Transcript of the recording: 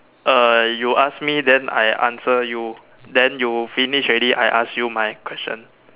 uh you ask me then I answer you then you finish already I ask you my question